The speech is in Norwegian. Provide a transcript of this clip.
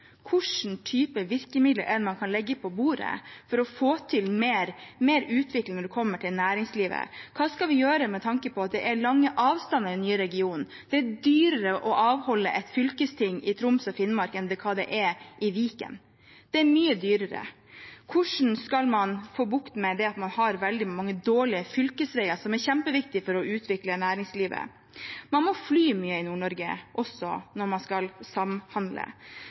type virkemidler man kan legge på bordet for å få til mer utvikling når det gjelder næringslivet. Hva skal vi gjøre med tanke på at det er store avstander i den nye regionen? Det er dyrere å avholde et fylkesting i Troms og Finnmark enn i Viken. Det er mye dyrere. Hvordan skal man få bukt med at man har veldig mange dårlige fylkesveier – som er kjempeviktige for å utvikle næringslivet? Man må fly mye i Nord-Norge, også når man skal samhandle.